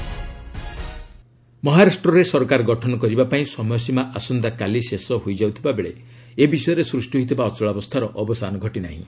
ମହା government formation ମହାରାଷ୍ଟ୍ରରେ ସରକାର ଗଠନ କରିବା ପାଇଁ ସମୟସୀମା ଆସନ୍ତାକାଲି ଶେଷ ହୋଇଯାଉଥିବା ବେଳେ ଏ ବିଷୟରେ ସୃଷ୍ଟି ହୋଇଥିବା ଅଚଳାବସ୍ଥାର ଅବସାନ ଘଟିନାହିଁ